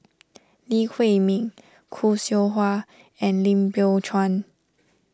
Lee Huei Min Khoo Seow Hwa and Lim Biow Chuan